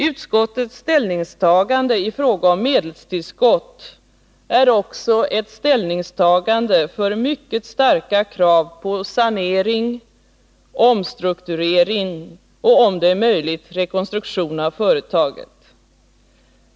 Utskottets ställningstagande i fråga om medelstillskott är också ett ställningstagande för mycket starka krav på sanering, omstrukturering och, om det är möjligt, rekonstruktion av företaget.